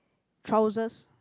trousers